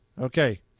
Okay